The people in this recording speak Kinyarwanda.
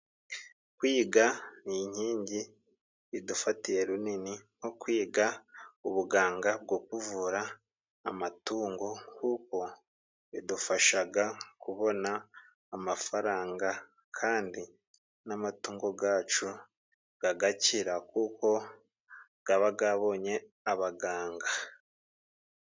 Kwiga ni inkingi idufatiye runini, nko kwiga ubuganga bwo kuvura amatungo, kuko bidufashaga kubona amafaranga, kandi n'amatungo gacu gagakira, kuko gaba gabonye abaganga.